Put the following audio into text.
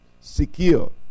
secure